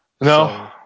No